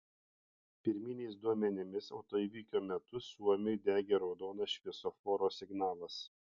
pirminiais duomenimis autoįvykio metu suomiui degė raudonas šviesoforo signalas